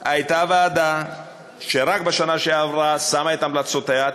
הייתה ועדה שרק בשנה שעברה שמה את המלצותיה,